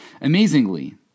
Amazingly